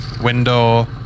window